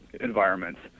environments